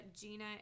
Gina